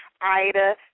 Ida